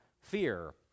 fear